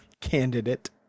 candidate